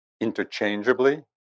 interchangeably